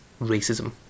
racism